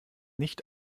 nicht